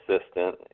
assistant